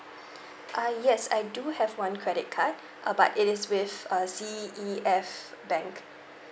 uh yes I do have one credit card uh but it is with uh C E F bank